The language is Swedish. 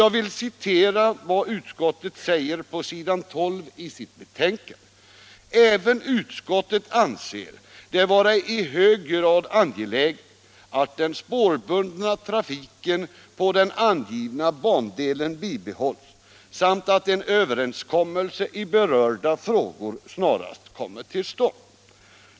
Jag vill citera vad utskottet anför på s. 12 i sitt betänkande: ”Även utskottet anser det vara i hög grad angeläget att den spårbundna trafiken på den angivna bandelen bibehålls samt att en överenskommelse i berörda frågor snarast kommer till stånd.